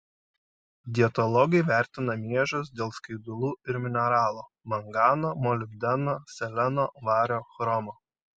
dietologai vertina miežius dėl skaidulų ir mineralų mangano molibdeno seleno vario chromo